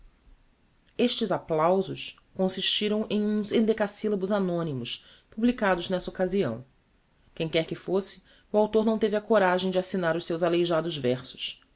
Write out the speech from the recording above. estes applausos consistiram em uns endecasyllabos anonymos publicados n'essa occasião quem quer que fosse o author não teve a coragem de assignar os seus aleijados versos